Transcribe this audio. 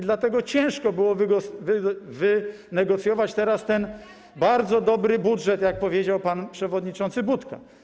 Dlatego ciężko było wynegocjować teraz ten bardzo dobry budżet, jak powiedział pan przewodniczący Budka.